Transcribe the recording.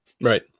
Right